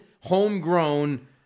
homegrown